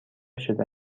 شده